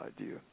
idea